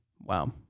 Wow